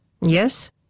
Yes